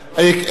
אבל היא,